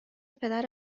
پدر